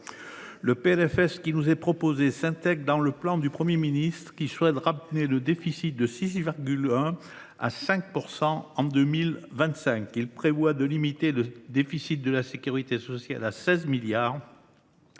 Le PLFSS qui nous est proposé s’intègre dans le plan du Premier ministre, lequel souhaite ramener le déficit de 6,1 % à 5 % du PIB en 2025. Il vise à limiter le déficit de la sécurité sociale à 16 milliards